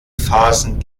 phasen